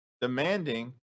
demanding